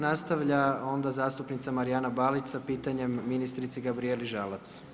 Nastavlja onda zastupnica Marijana Balić sa pitanjem ministrici Gabrijeli Žalac.